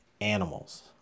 animals